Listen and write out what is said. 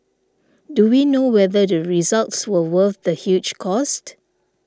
do we know whether the results were worth the huge cost